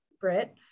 Brit